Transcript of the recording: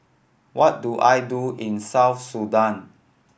what do I do in South Sudan